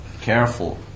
Careful